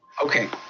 okay.